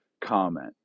comment